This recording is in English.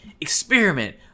Experiment